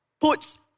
puts